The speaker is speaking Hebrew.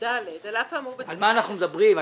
על מה אנחנו מדברים?